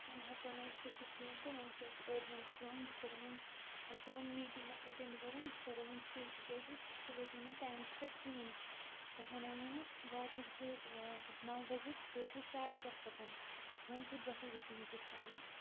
وَنۍ ہیٚکو نہٕ أسۍ گٔژھِتھ کِہیٖنۍ تہٕ وَنۍ چھِ أسۍ أرجَنٛٹ کٲم أسۍ کَرو وَنۍ اَسہِ چھِ وَنۍ میٖٹِنٛگ اَکھ اَٹینٛڈ کَرٕنۍ أسۍ کَرو ؤنۍ سۄے تِکیٛازِکہِ تُہۍ تہِ وٲتِو نہٕ ٹایمَس پٮ۪ٹھ کِہیٖنۍ تۄہہِ وَنیٛومَو مےٚ واتُن چھُ نَو بَجے تہٕ تُہۍ چھُو ساڑٕ دَہ پَکَن وَنۍ کوٚت گژھو وٕنکٮ۪ن کِس ٹایمَس